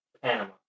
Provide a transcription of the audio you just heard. Panama